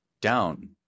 down